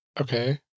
Okay